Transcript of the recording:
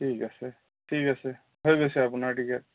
ঠিক আছে ঠিক আছে হৈ গৈছে আপোনাৰ টিকেট